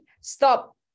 stop